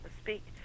speak